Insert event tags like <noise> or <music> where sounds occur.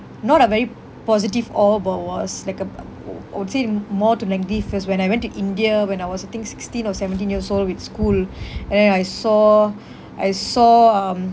not a very positive awe but it was like a <noise> I would say m~ more to negative cause when I went to india when I was I think sixteen or seventeen years old with school <breath> and then I saw I saw um